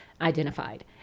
identified